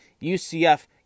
UCF